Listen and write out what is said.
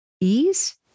Ease